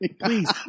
Please